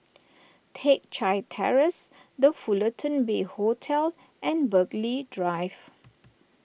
Teck Chye Terrace the Fullerton Bay Hotel and Burghley Drive